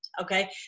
Okay